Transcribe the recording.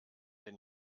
den